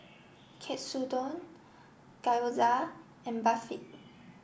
Katsudon Gyoza and Barfi